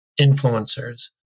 influencers